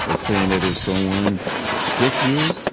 of saying that if someone kick you,